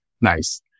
Nice